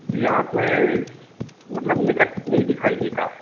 जी आँख में मतलब निकट नहीं दिखाई देता है